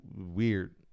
weird